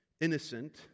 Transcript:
innocent